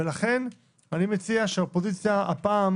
לכן, אני מציע שהאופוזיציה הפעם